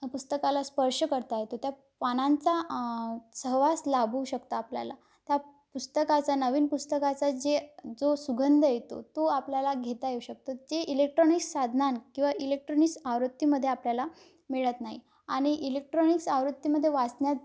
पुस्तकाला स्पर्श करता येतो त्या पानांचा सहवास लाभू शकतो आपल्याला त्या पुस्तकाचा नवीन पुस्तकाचा जे जो सुगंध येतो तो आपल्याला घेता येऊ शकतो जे इलेक्ट्रॉनिक्स साधनानं किंवा इलेक्ट्रॉनिक्स आवत्तीमध्ये आपल्याला मिळत नाही आणि इलेक्ट्रॉनिक्स आवृत्तीमध्ये वाचण्यात